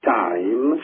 time